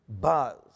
buzz